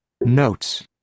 notes